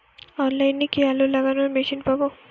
অনলাইনে কি আলু লাগানো মেশিন পাব?